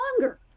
longer